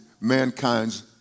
mankind's